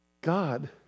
God